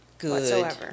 whatsoever